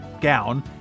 gown